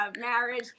marriage